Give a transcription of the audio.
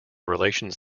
relations